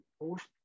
post